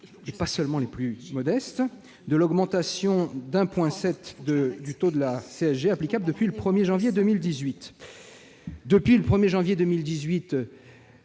et pas seulement les plus modestes, de l'augmentation de 1,7 point du taux de la CSG applicable depuis le 1janvier 2018. Depuis cette date,